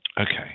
Okay